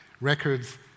records